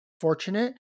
fortunate